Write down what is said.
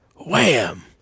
wham